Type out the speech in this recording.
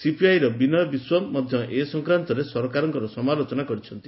ସିପିଆଇର ବିନୟ ବିଶ୍ୱମ୍ ମଧ୍ୟ ଏ ସଂକ୍ରାନ୍ତରେ ସରକାରଙ୍କର ସମାଲୋଚନା କରିଛନ୍ତି